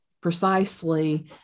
precisely